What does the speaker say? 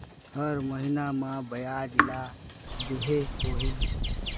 हर महीना मा ब्याज ला देहे होही?